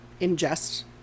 ingest